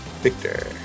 Victor